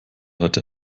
heute